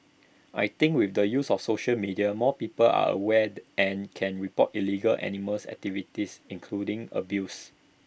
I think with the use of social media more people are awared and can report illegal animals activities including abuse